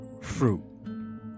fruit